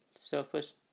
surface